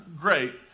great